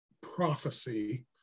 prophecy